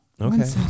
okay